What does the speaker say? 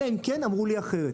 אלא אם כן אמרו לי אחרת.